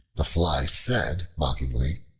the fly said mockingly,